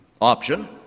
option